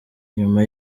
nyuma